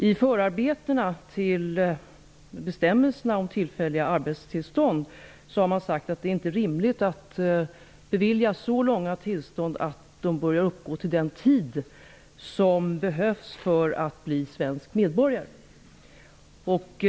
I förarbetena till bestämmelserna om tillfälliga arbetstillstånd har man sagt att det inte är rimligt att bevilja så långa tillstånd att de börjar uppgå till den tid som behövs för att bli svensk medborgare.